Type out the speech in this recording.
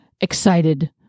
excited